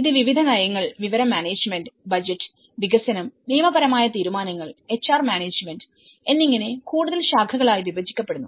ഇത് വിവിധ നയങ്ങൾ വിവര മാനേജ്മെന്റ് ബജറ്റ് വികസനം നിയമപരമായ തീരുമാനങ്ങൾ എച്ച്ആർ മാനേജ്മെന്റ് എന്നിങ്ങനെ കൂടുതൽ ശാഖകളായി വിഭജിക്കപ്പെടുന്നു